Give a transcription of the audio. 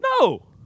No